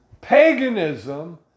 paganism